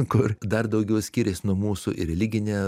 kur dar daugiau skiriasi nuo mūsų ir religine